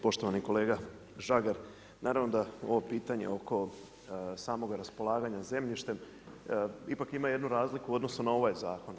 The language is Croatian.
Poštovani kolega Žagar naravno da ovo pitanje oko samog raspolaganja zemljišta ipak ima jednu razliku u odnosu na ovaj zakon.